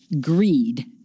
greed